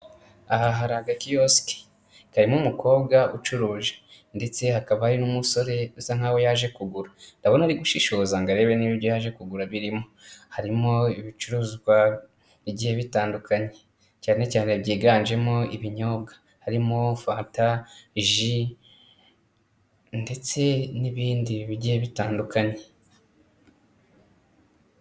Aha hari agakiyosiki karimo umukobwa ucuruje ndetse hakaba hari n'umusore usa nkaho yaje kugura ndabona ari gushishoza ngo arebe niba ibyo yaje kugura birimo, harimo ibicuruzwa bigiye bitandukanye cyane cyane byiganjemo ibinyobwa, harimo fanta, ji ndetse n'ibindi bigiye bitandukanye.